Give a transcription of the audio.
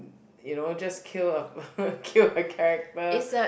you know just kill a kill a character